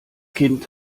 kind